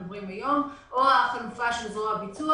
מדברים היום או החלופה של זרוע הביצוע.